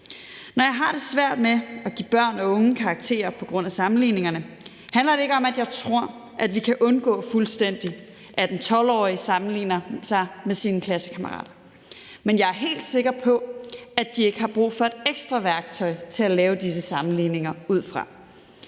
Når jeg har det svært med at give børn og unge karakterer på grund af sammenligningerne, handler det ikke om, at jeg tror, at vi fuldstændig kan undgå, at en 12-årig sammenligner sig med sine klassekammerater, men jeg er helt sikker på, at de ikke har brug for et ekstra værktøj til at lave disse sammenligninger ud fra.